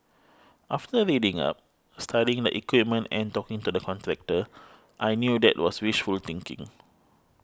after reading up studying the equipment and talking to the contractor I knew that was wishful thinking